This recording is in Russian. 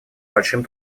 большим